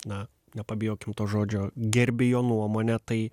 na nepabijokim to žodžio gerbi jo nuomonę tai